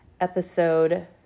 Episode